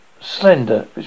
slender